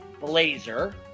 Blazer